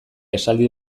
esaldi